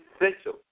essential